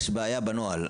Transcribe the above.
יש בעיה בנוהל.